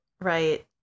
right